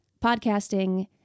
podcasting